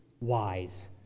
wise